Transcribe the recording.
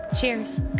Cheers